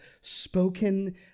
spoken